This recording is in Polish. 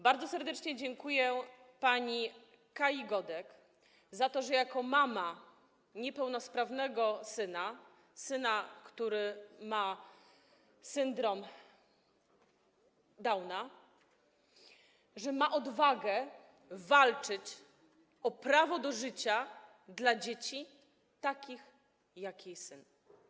Bardzo serdecznie dziękuję pani Kai Godek za to, że jako mama niepełnosprawnego syna, syna, który ma syndrom Downa, ma odwagę walczyć o prawo do życia dla dzieci takich jak jej syn.